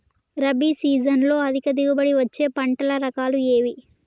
రబీ సీజన్లో అధిక దిగుబడి వచ్చే పంటల రకాలు ఏవి?